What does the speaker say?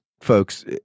folks